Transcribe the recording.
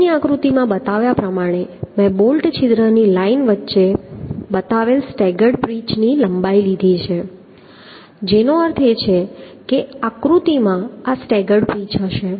અગાઉની આકૃતિમાં બતાવ્યા પ્રમાણે મેં બોલ્ટ છિદ્રની લાઇનની વચ્ચે બતાવેલ સ્ટેગર્ડ પિચ લંબાઈ છે જેનો અર્થ છે કે આ આકૃતિમાં આ સ્ટેગર્ડ પિચ હશે